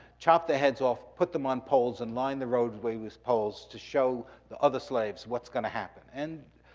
chop their heads off, put them on poles and line the roadways with poles to show the other slaves what's gonna happen. and